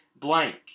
blank